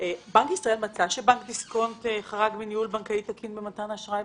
- בנק ישראל מצא שבנק דיסקונט חרג מניהול בנקאי תקין במתן האשראי?